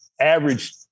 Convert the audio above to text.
average